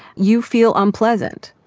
you feel unpleasant.